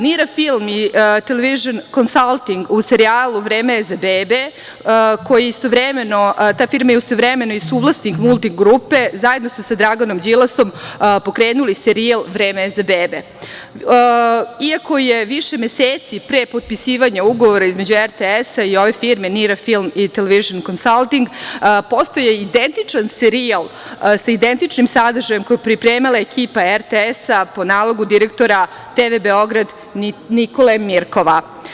NIRA film i „Television consalting“, serijal „Vreme je za bebe“, ta firma je istovremeno i suvlasnik multigrupe, zajedno su sa Draganom Đilasom pokrenuli serijal „Vreme je za bebe“, iako je više meseci pre potpisivanja ugovora između RTS i ove firme NIRA film i „Television consalting“, postojao identičan serijal sa identičnim sadržajem koji je pripremala ekipa RTS-a po nalogu direktora TV Beograd, Nikole Mirkova.